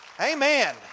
Amen